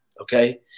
okay